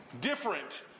different